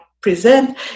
present